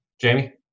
Jamie